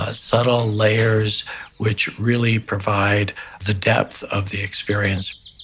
ah subtle layers which really provide the depth of the experience